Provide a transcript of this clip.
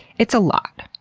it's a lot.